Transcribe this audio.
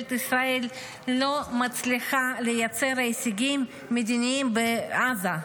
ממשלת ישראל לא מצליחה לייצר הישגים מדיניים בעזה.